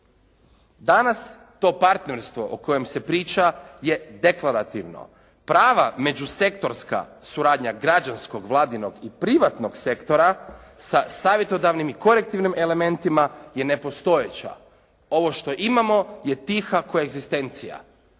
Danas to partnerstvo o kojem se priča je deklarativno. Prava među sektorska suradnja građanskog, Vladinog i privatnog sektora sa savjetodavnim i korektivnim elementima je nepostojeća. Ovo što imamo je tiha koegzistencija.